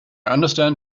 understand